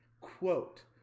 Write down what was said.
quote